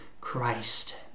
Christ